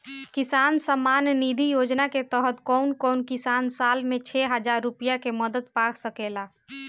किसान सम्मान निधि योजना के तहत कउन कउन किसान साल में छह हजार रूपया के मदद पा सकेला?